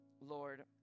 Lord